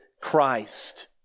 Christ